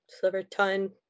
Silverton